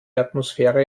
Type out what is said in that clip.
atmosphäre